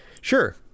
Sure